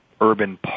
urban